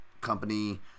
company